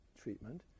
treatment